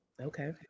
okay